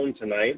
tonight